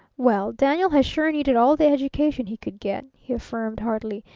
well, daniel has sure needed all the education he could get, he affirmed heartily.